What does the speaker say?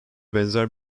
benzer